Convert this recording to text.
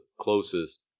closest